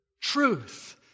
truth